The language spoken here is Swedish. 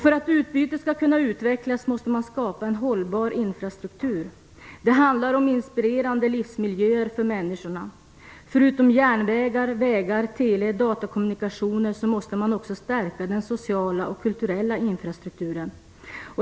För att utbyte skall kunna utvecklas måste man skapa en hållbar infrastruktur. Det handlar om inspirerande livsmiljöer för människorna. Förutom järnvägar, vägar, tele och datakommunikationer måste man också stärka den sociala och kulturella infrastrukturen.